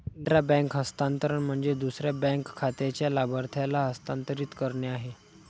intra bank हस्तांतरण म्हणजे दुसऱ्या बँक खात्याच्या लाभार्थ्याला हस्तांतरित करणे आहे